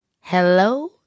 Hello